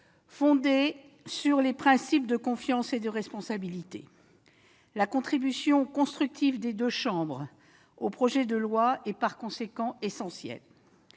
fondée sur les principes de confiance et de responsabilité. La contribution constructive des deux chambres à l'élaboration du projet de loi est par conséquent essentielle.